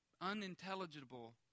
unintelligible